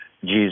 Jesus